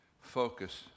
focus